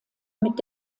mit